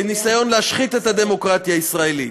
מניסיון להשחית את הדמוקרטיה הישראלית.